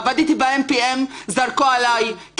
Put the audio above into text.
עבדתי ב-AM/PM זרקו עליי,